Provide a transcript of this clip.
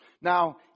Now